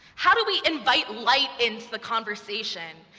how do we invite light into the conversation?